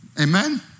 Amen